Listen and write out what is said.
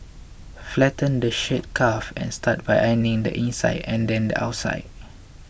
flatten the shirt cuff and start by ironing the inside and then the outside